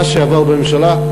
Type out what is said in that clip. מה שעבר בממשלה,